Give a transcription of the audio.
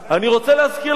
אני רוצה להזכיר לכם.